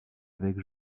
avec